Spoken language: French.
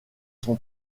son